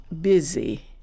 busy